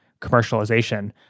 commercialization